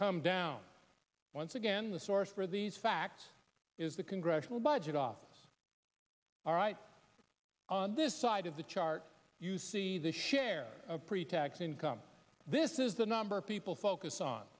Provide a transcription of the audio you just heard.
come down once again the source for these facts is the congressional budget office all right on this side of the chart you see the share of pretax income this is the number of people focus on